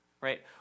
right